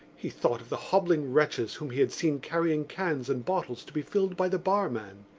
he thought of the hobbling wretches whom he had seen carrying cans and bottles to be filled by the barman.